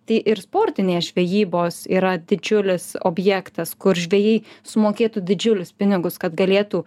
tai ir sportinės žvejybos yra didžiulis objektas kur žvejai sumokėtų didžiulius pinigus kad galėtų